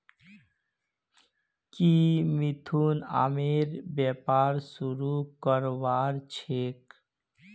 की मिथुन आमेर व्यापार शुरू करवार छेक